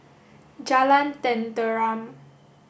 Jalan Tenteram